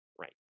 Right